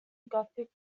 gothic